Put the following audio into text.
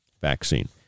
vaccine